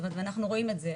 אז אנחנו רואים את זה,